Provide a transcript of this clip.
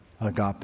agape